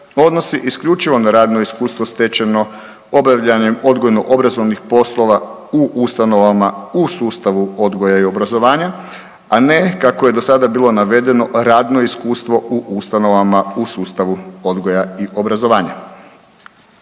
odnosi isključivo na radno iskustvo stečeno obavljanjem odgojno-obrazovnih poslova u ustanovama u sustavu odgoja i obrazovanja, a ne kako je do sada bilo navedeno, radno iskustvo u ustanovama u sustavu odgoja i obrazovanja.